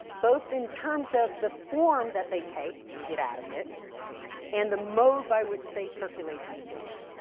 both in terms of the form that they take to get out of it and the mode by which they circulate these forms.